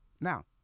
Now